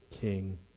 king